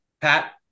Pat